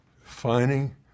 finding